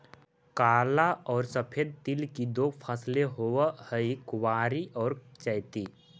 काला और सफेद तिल की दो फसलें होवअ हई कुवारी और चैती